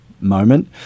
moment